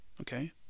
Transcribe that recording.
okay